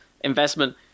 investment